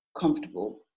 comfortable